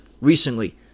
recently